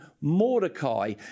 Mordecai